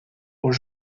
aux